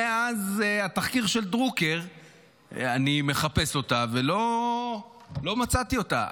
מאז התחקיר של דרוקר אני מחפש אותה ולא מצאתי אותה.